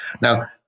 Now